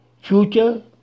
Future